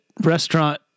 restaurant